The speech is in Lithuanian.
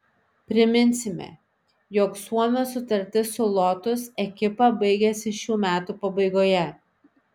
priminsime jog suomio sutartis su lotus ekipa baigiasi šių metų pabaigoje